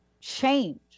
change